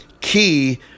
key